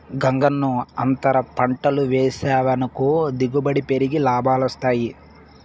గంగన్నో, అంతర పంటలు వేసావనుకో దిగుబడి పెరిగి లాభాలొస్తాయి